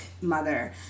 mother